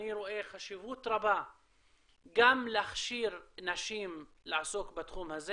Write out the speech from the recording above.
אני רואה חשיבות רבה גם להכשיר נשים לעסוק בתחום הזה